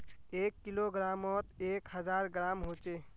एक किलोग्रमोत एक हजार ग्राम होचे